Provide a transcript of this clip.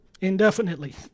indefinitely